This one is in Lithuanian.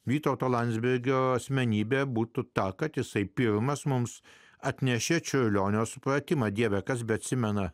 vytauto landsbergio asmenybę būtų tą kad jisai pirmas mums atnešė čiurlionio supratimą dieve kas beatsimena